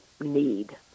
need